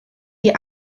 die